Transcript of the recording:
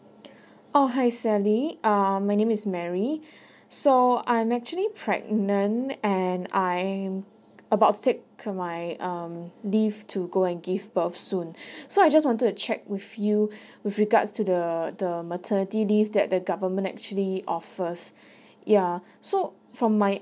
oh hi sally err my name is mary so I'm actually pregnant and I'm about to take my um leave to go and give birth soon so I just wanted to check with you with regards to the the maternity leave that the government actually offers ya so from my